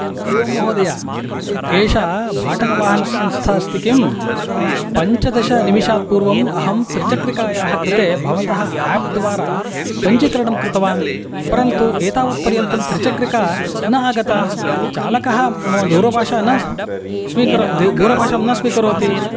हरि ओं महोदयः एषा भाटकवाहनसंस्था अस्ति किं पञ्चदशनिमिशात्पूर्वं अहं त्रिचक्रिकायाः कृते भवतः एप्द्वारा पञ्जिकरणं कृतवान् परन्तु एतावत् पर्यन्तं त्रिचक्रिका न आगता चालकः मम दूरभाषा न स्वीकरो दू दूरभाषां न स्वीकरोति